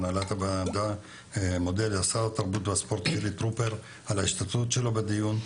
אני מודה לשר התרבות והספורט חילי טרופר על ההשתתפות שלו בדיון,